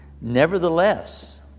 Nevertheless